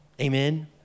Amen